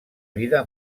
vida